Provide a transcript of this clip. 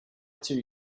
two